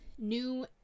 New